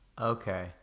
Okay